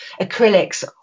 acrylics